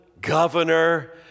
governor